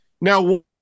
Now